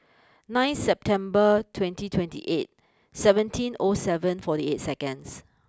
nine September twenty twenty eight seventeen O seven forty eight seconds